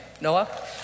Noah